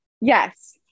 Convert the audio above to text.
Yes